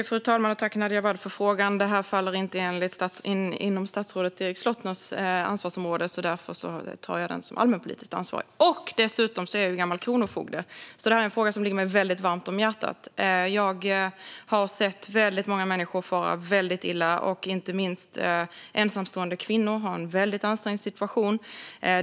Fru talman! Jag tackar Nadja Awad för frågan. Det här faller inte under Erik Slottners ansvarsområde. Därför tar jag frågan som allmänpolitiskt ansvarig. Dessutom är jag gammal kronofogde. Detta är en fråga som ligger mig varmt om hjärtat. Jag har sett väldigt många människor fara mycket illa. Inte minst ensamstående kvinnor har en väldigt ansträngd situation.